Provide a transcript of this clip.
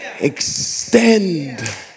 extend